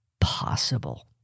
possible